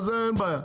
אז אין בעיה.